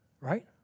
Right